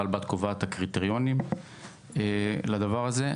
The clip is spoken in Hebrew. רלב"ד קובעת את הקריטריונים לדבר הזה.